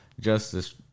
Justice